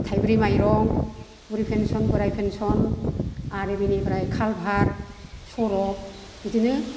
थाइब्रै माइरं बुरि पेनसन बोराइ पेनसन आरो बिनिफ्राय खालभार्ट सरक बिदिनो